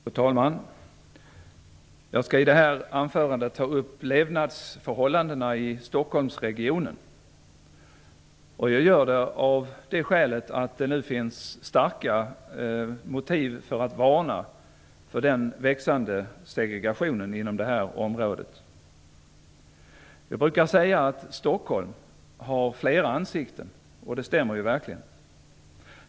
Fru talman! Jag skall i detta anförande ta upp levnadsförhållandena i Stockholmsregionen av det skälet att det nu finns starka motiv för att varna för den växande segregationen inom det här området. Jag brukar säga att Sockholm har flera ansikten, och det stämmer verkligen.